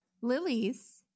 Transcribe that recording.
lilies